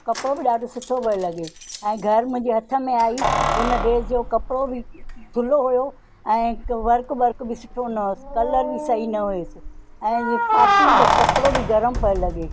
कपिड़ो बि ॾाढो सुठो पियो लॻे ऐं घर मुंहिंजे हथ में आई उन ड्रैस जो कपिड़ो बि थुल्हो हुओ ऐं वर्क बर्क बि सुठो न हुयसि कलर बि सही न हुयसि ऐं जे पाती त कपिड़ो बि गर्मु पियो लॻे